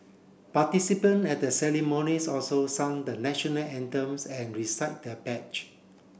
participant at the ceremonies also sang the National Anthem and recite the